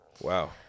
Wow